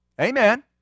Amen